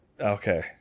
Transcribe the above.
Okay